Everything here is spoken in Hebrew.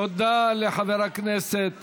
תודה לחבר הכנסת